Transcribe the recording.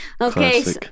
Okay